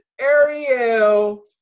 Ariel